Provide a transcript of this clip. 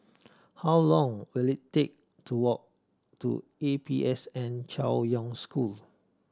how long will it take to walk to A P S N Chaoyang School